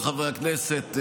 חברות וחברי הכנסת,